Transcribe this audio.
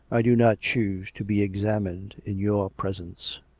i do not choose to be examined in your presence.